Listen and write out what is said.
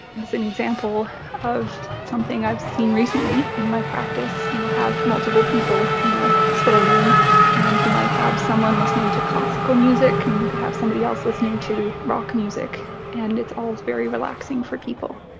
and it's an example of something that i've seen recently in my practice. you will have multiple people in a hospital room and you might have someone listening to classical music and you could have somebody else listening to rock music, and it's all very relaxing for people.